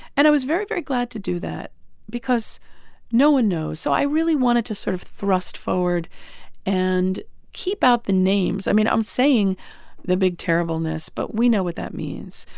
and i was very, very glad to do that because no one knows. so i really wanted to sort of thrust forward and keep out the names. i mean, i'm saying the big terribleness, but we know what that means.